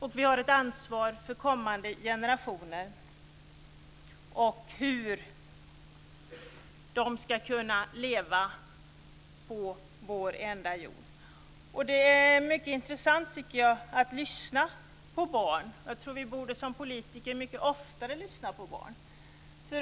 Vi har också ett ansvar för kommande generationer och hur de ska kunna leva på vår enda jord. Jag tycker att det är mycket intressant att lyssna på barn. Jag tror att vi som politiker borde lyssna mycket oftare på barn.